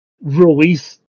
release